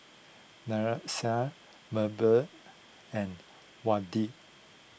Nyasia Mable and Wade